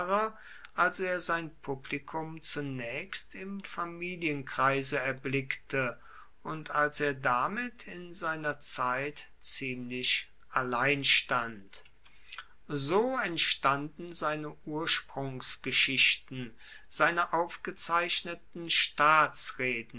als er sein publikum zunaechst im familienkreise erblickte und als er damit in seiner zeit ziemlich alleinstand so entstanden seine ursprungsgeschichten seine aufgezeichneten